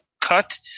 cut